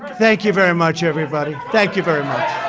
thank you very much, everybody. thank you very much.